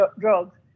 drugs